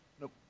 Nope